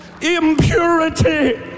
impurity